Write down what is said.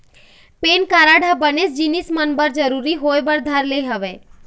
PAN card ह बनेच जिनिस मन बर जरुरी होय बर धर ले हवय